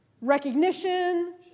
Recognition